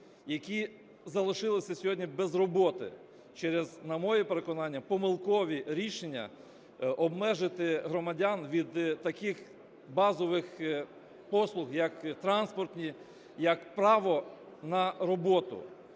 які залишилися сьогодні без роботи через, на моє переконання, помилкові рішення обмежити громадян від таких базових послуг, як транспортні, як право на роботу.